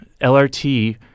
LRT